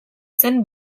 zen